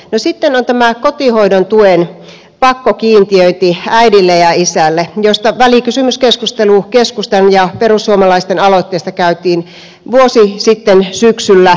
no sitten on tämä kotihoidon tuen pakkokiintiöinti äidille ja isälle josta välikysymyskeskustelu keskustan ja perussuomalaisten aloitteesta käytiin vuosi sitten syksyllä